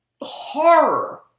horror